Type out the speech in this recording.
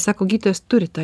sako gydytojas turi tą